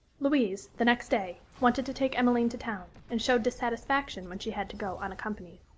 louise, the next day, wanted to take emmeline to town, and showed dissatisfaction when she had to go unaccompanied.